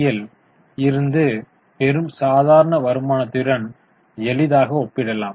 யில் இருந்து பெறும் சாதாரண வருமானத்துடன் எளிதாக ஒப்பிடலாம்